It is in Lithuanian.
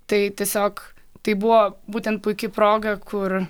tai tiesiog tai buvo būtent puiki proga kur